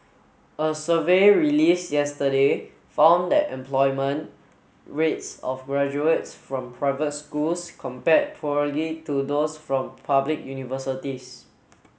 a survey released yesterday found that employment rates of graduates from private schools compare poorly to those from public universities